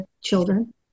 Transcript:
children